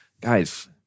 guys